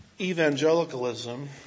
evangelicalism